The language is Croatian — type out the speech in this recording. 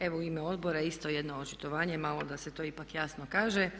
Evo u ime Odbora isto jedno očitovanje malo da se to ipak jasno kaže.